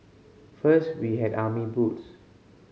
first we had army boots